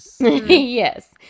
Yes